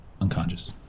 unconscious